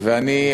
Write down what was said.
ואני,